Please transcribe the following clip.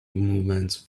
movement